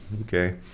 Okay